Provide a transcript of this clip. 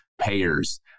payers